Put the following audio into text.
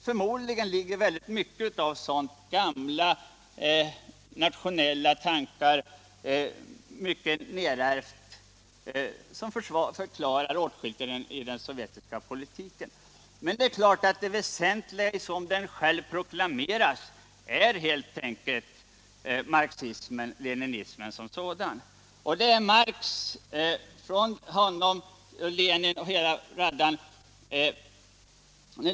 Förmodligen finns det mycket av sådana nedärvda nationella tankar som förklarar åtskilligt i den sovjetiska politiken. Men det är klart att det väsentliga kan vara vad som faktiskt proklameras, nämligen marxismen-leninismen som sådan, tankar från Marx via Lenin och hela raddan.